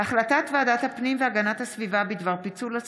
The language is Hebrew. מיכל רוזין,